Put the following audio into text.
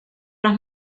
las